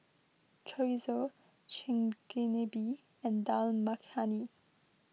Chorizo Chigenabe and Dal Makhani